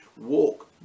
walk